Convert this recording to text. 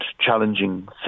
challenging